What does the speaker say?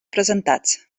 presentats